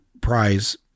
prize